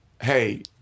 hey